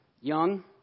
young